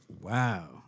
Wow